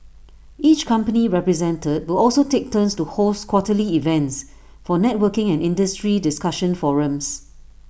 each company represented will also take turns to host quarterly events for networking and industry discussion forums